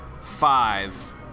five